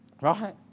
right